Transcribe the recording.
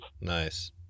Nice